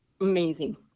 amazing